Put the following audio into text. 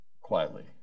quietly